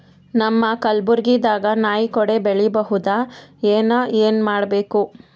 ನಮ್ಮ ಕಲಬುರ್ಗಿ ದಾಗ ನಾಯಿ ಕೊಡೆ ಬೆಳಿ ಬಹುದಾ, ಏನ ಏನ್ ಮಾಡಬೇಕು?